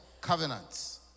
covenants